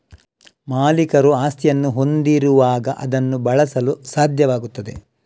ಮಾಲೀಕರು ಆಸ್ತಿಯನ್ನು ಹೊಂದಿರುವಾಗ ಅದನ್ನು ಬಳಸಲು ಸಾಧ್ಯವಾಗುತ್ತದೆ